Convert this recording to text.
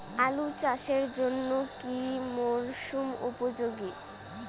আলু চাষের জন্য কি মরসুম উপযোগী?